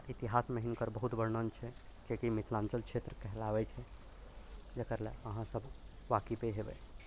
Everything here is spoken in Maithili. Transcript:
आओर इतिहासमे हिनकर बहुत वर्णन छै जेकि मिथिलाञ्चल क्षेत्र कहलावै छै जकरा लेल अहाँ सभ वाकिफे हेबै